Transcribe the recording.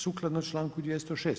Sukladno članku 206.